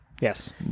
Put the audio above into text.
Yes